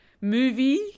movie